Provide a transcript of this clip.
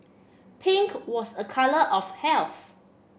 pink was a colour of health